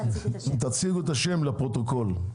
תציגו את עצמכם לפרוטוקול.